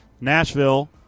Nashville